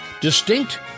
Distinct